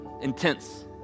intense